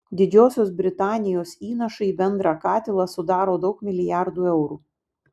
didžiosios britanijos įnašai į bendrą katilą sudaro daug milijardų eurų